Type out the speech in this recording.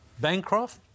Bancroft